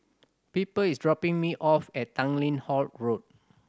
Piper is dropping me off at Tanglin Halt Road